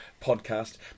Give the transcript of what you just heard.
podcast